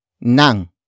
NANG